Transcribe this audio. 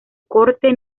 corte